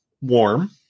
warm